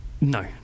no